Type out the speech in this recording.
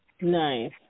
Nice